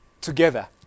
Together